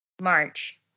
March